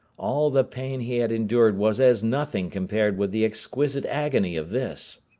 all the pain he had endured was as nothing compared with the exquisite agony of this.